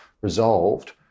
resolved